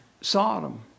Sodom